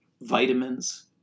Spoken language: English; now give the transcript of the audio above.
vitamins